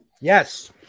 yes